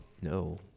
No